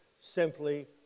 Simply